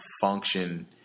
function